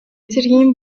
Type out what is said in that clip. цэргийн